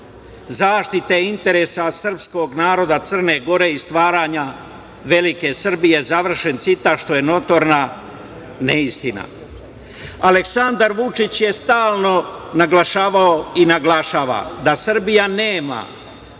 zaštite interesa srpskog naroda Crne Gore i stvaranja velike Srbije, završen citat, što je notorna neistina. Aleksandar Vučić je stalno naglašavao i naglašava da Srbija nema